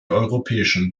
europäischen